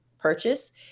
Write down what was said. Purchase